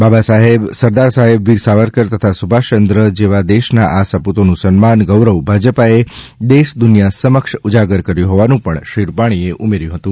બાબા સાહેબ સરદાર સાહેબ વીર સાવરકર તથા સુભાષયંન્દ્ર જેવા દેશના આ સપૂતોનું સન્માન ગૌરવ ભાજપાએ દેશ દુનિયા સમક્ષ ઊજાગર કર્યુ હોવાનું પણ શ્રી રૂપાણી એ કહ્યું હતું